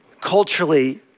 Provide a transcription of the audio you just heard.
culturally